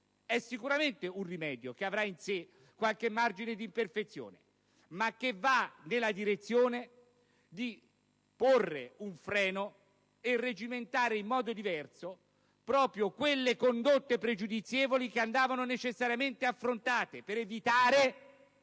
sicuramente avrà in sé qualche margine d'imperfezione, ma va nella direzione di porre un freno e irregimentare in modo diverso proprio quelle condotte pregiudizievoli che andavano necessariamente affrontate per evitare